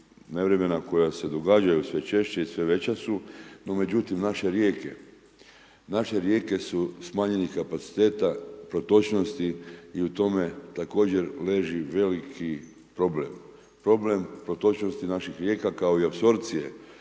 nevremena koja se događaju sve češće i sve veća su. No međutim, naše rijeke su smanjenih kapaciteta protočnosti i u tome također leži veliki problem. Problem protočnosti naši rijeka kao i apsorpcije